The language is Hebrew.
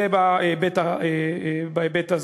זה בהיבט הזה.